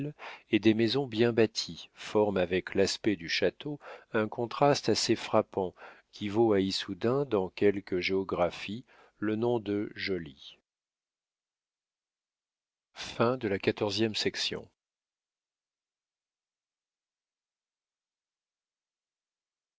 et des maisons bien bâties forment avec l'aspect du château un contraste assez frappant qui vaut à issoudun dans quelques géographies le nom de jolie